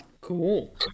Cool